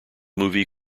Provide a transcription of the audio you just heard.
movie